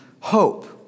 hope